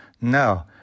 No